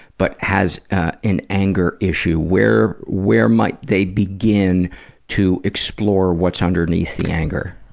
but has ah an anger issue. where where might they begin to explore what's underneath the anger?